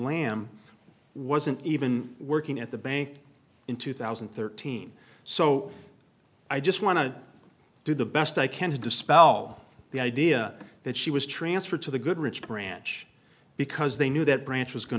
lam wasn't even working at the bank in two thousand and thirteen so i just want to do the best i can to dispel the idea that she was transferred to the goodrich branch because they knew that branch was going